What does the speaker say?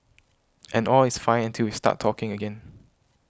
and all is fine until we start talking again